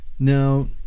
Now